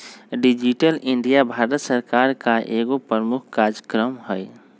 digital India Bharat सरकार का एगो प्रमुख काजक्रम हइ